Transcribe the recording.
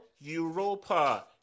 Europa